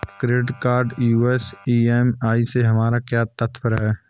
Credit card US EMI से हमारा क्या तात्पर्य है?